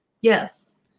Yes